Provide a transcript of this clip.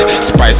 Spice